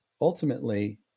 ultimately